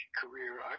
career